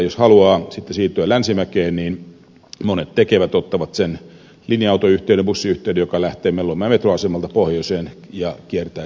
jos metroasemalta haluaa sitten siirtyä länsimäkeen niin monet ottavat bussin joka lähtee mellunmäen metroasemalta pohjoiseen ja kiertää sittemmin tikkurilaan